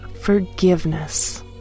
forgiveness